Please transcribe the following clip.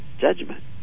judgment